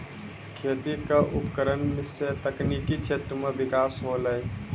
खेती क उपकरण सें तकनीकी क्षेत्र में बिकास होलय